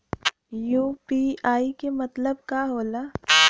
UPI के मतलब का होला?